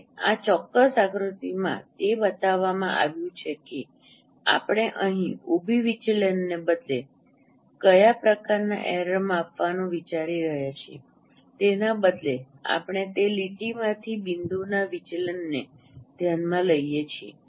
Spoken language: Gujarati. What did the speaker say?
હવે આ ચોક્કસ આકૃતિમાં તે બતાવવામાં આવ્યું છે કે આપણે અહીં ઉભી વિચલનને બદલે કયા પ્રકારનાં એરર માપવાનું વિચારી રહ્યા છીએ તેના બદલે આપણે તે લીટીમાંથી બિંદુના વિચલનને ધ્યાનમાં લઈએ છીએ